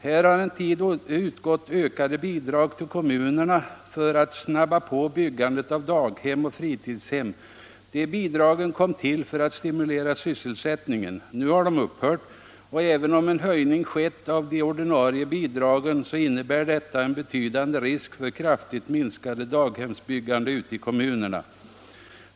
Här har en tid utgått ökade bidrag till kommunerna för att snabba på byggandet av daghem och fritidshem. De bidragen kom till för att stimulera sysselsättningen. Nu har de upphört, och även om en höjning skett av de ordinarie bidragen innebär detta en betydande risk för kraftigt minskat daghemsbyggande ute i kommunerna.